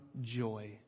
joy